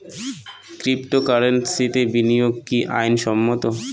ক্রিপ্টোকারেন্সিতে বিনিয়োগ কি আইন সম্মত?